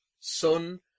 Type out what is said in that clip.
son